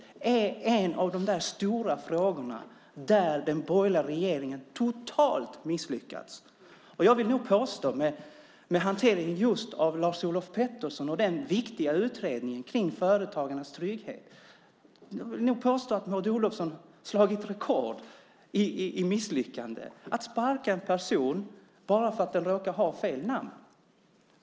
Det är en av de stora frågor där den borgerliga regeringen totalt misslyckats. Med hanteringen av Lars-Olof Pettersson och den viktiga utredningen kring företagarnas trygghet vill jag påstå att Maud Olofsson har slagit rekord i misslyckanden. Hon har sparkat en person bara för att han råkar ha fel namn.